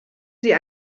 sie